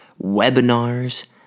webinars